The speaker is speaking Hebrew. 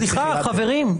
סליחה, חברים.